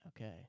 Okay